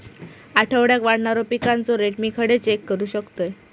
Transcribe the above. आठवड्याक वाढणारो पिकांचो रेट मी खडे चेक करू शकतय?